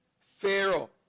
Pharaoh